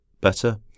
better